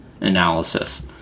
analysis